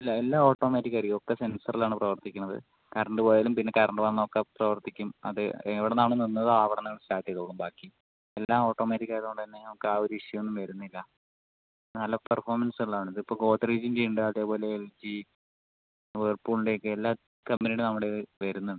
ഇല്ല എല്ലാം ഓട്ടോമാറ്റിക് ആയിരിക്കും ഒക്കെ സെൻസറിൽ ആണ് പ്രവർത്തിക്കുന്നത് കറണ്ട് പോയാലും പിന്നെ കറണ്ട് വന്നാലൊക്കെ പ്രവർത്തിക്കും അത് എവിടുന്ന് ആണ് നിന്നത് അവിടുന്ന് സ്റ്റാർട്ട് ചെയ്തോളും ബാക്കി എല്ലാം ഓട്ടോമാറ്റിക് ആയത് കൊണ്ട് തന്നെ നമുക്ക് ആ ഒര് ഇഷ്യൂ ഒന്നും വരുന്നില്ല നല്ല പെർഫോമൻസ് ഉള്ളത് ആണ് ഇത് ഇപ്പം ഗോദ്റെജിൻ്റെ ഉണ്ട് അതേപോലെ എൽ ജി വേർപൂളിൻ്റെ ഒക്കെ എല്ലാ കമ്പനിയുടെ നമ്മുടേത് വരുന്നുണ്ട്